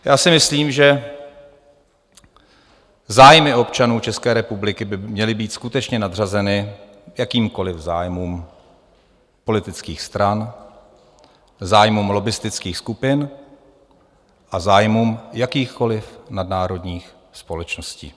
Já si myslím, že zájmy občanů České republiky by měly být skutečně nadřazeny jakýmkoliv zájmům politických stran, zájmům lobbistických skupin a zájmům jakýchkoliv nadnárodních společností.